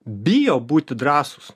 bijo būti drąsūs